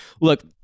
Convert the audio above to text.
look